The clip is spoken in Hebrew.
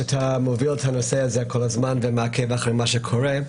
תודה שאתה מביא את הנושא הזה כל הזמן ועוקב אחורי מה שקורה.